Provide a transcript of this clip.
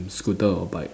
scooter or bike